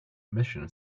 emission